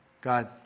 God